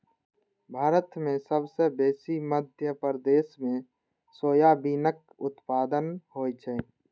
भारत मे सबसँ बेसी मध्य प्रदेश मे सोयाबीनक उत्पादन होइ छै